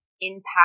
impact